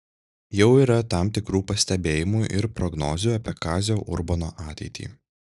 jau yra tam tikrų pastebėjimų ir prognozių apie kazio urbono ateitį